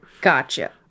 Gotcha